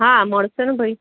હા મળશે ને ભાઈ